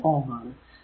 1 Ω ആണ്